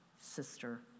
sister